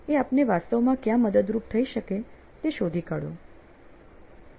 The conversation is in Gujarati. એ આપને વાસ્તવમાં ક્યાં મદદરૂપ થઇ શકે તે શોધી કાઢો